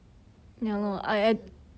我我也是